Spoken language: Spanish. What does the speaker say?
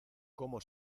cómo